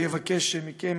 אבקש מכם,